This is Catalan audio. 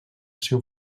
seu